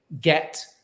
get